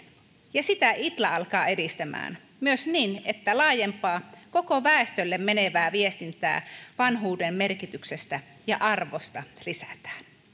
ja sitä itla alkaa edistämään myös niin että laajempaa koko väestölle menevää viestintää vanhuuden merkityksestä ja arvosta lisätään